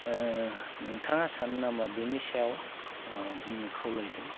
नोंथाङा सानो नामा बिनि सायाव बुंनो खावलायदों